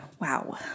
Wow